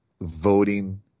voting